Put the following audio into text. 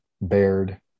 bared